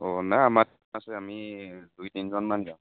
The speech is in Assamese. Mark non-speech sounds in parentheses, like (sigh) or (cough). অঁ নাই আমাৰ (unintelligible) আছে আমি দুই তিনিজনমান যাওঁ